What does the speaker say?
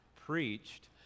preached